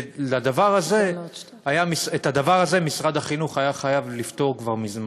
ואת הדבר הזה משרד החינוך היה חייב לפתור כבר מזמן.